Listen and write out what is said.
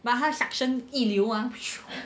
but 他 suction 一流 ah